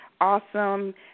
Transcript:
awesome